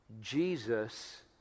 Jesus